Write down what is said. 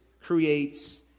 creates